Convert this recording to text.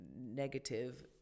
negative